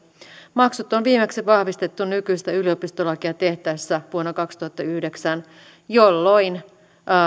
maksut on viimeksi vahvistettu nykyistä yliopistolakia tehtäessä vuonna kaksituhattayhdeksän jolloin